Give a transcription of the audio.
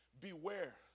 beware